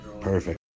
perfect